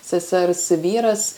sesers vyras